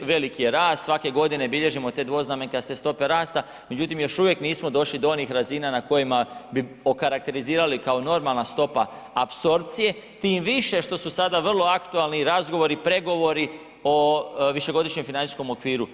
veliki je rast, svake godine bilježimo te dvoznamenkaste stope rasta međutim još uvijek nismo došli do onih razina na kojima bi okarakterizirali kao normalna stopa apsorpcije, tim više što su sada vrlo aktualni razgovori, pregovori o višegodišnjem financijskom okviru.